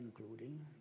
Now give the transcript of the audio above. including